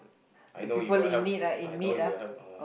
I know you will help I know you will help uh